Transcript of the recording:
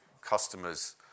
customers